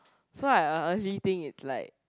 so I uh actually think it's like